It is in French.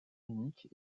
unique